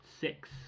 six